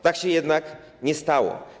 Tak się jednak nie stało.